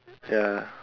ya